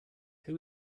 who